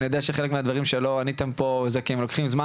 אני יודע שחלק מהדברים שלא עניתם פה זה כי הם לוקחים זמן,